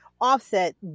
Offset